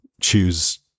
choose